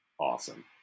Awesome